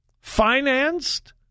financed